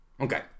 Okay